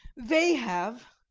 they have.